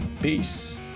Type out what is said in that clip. Peace